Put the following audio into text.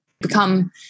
become